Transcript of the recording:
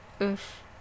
Oof